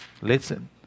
listen